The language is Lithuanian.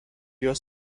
jos